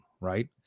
Right